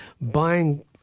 buying